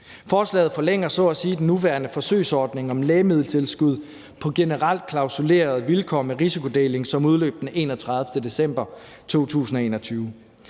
Forslaget forlænger så at sige den nuværende forsøgsordning om generelt klausuleret lægemiddeltilskud på vilkår med risikodeling, som udløb den 31. december 2021.